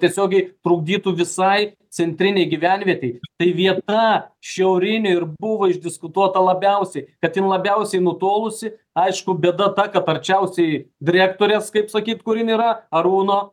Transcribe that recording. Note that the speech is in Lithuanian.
tiesiogiai trukdytų visai centrinei gyvenvietei tai vieta šiaurinio ir buvo išdiskutuota labiausiai kad ji labiausiai nutolusi aišku bėda ta kad arčiausiai direktorės kaip sakyt kur jin yra arūno